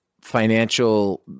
financial